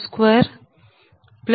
010